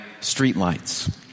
streetlights